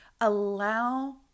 allow